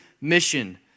mission